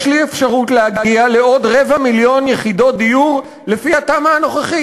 יש לי אפשרות להגיע לעוד רבע מיליון יחידות דיור לפי התמ"א הנוכחית.